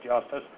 justice